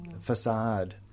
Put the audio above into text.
facade